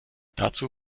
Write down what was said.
dazu